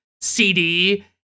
CD